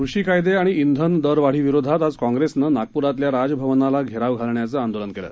कृषीकायदेआणि खेनदरवाढीविरोधातआजकाँग्रेसनंनागपुरातल्याराजभवनालाघेरावघालण्याचंआंदोलनकेलं